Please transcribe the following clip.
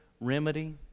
remedy